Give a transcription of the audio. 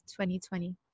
2020